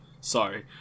Sorry